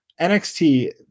NXT